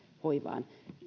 hoivaan